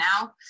now